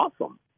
awesome